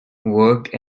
worked